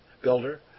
builder